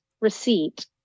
receipt